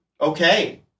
okay